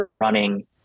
running